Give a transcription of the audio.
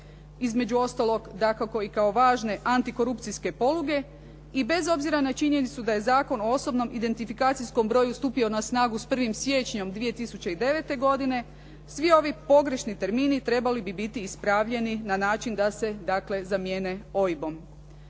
Između ostalog, dakako i kao važne antikorupcijske poluge i bez obzira na činjenicu da je Zakon o osobnom identifikacijskom broju stupio na snagu s 1. siječnjem 2009. godine svi ovi pogrešni termini trebali bi biti ispravljeni na način da se dakle zamijene OIB-om.